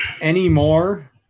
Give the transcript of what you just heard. anymore